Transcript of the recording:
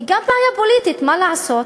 היא גם בעיה פוליטית, מה לעשות,